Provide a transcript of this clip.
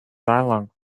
dialog